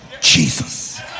Jesus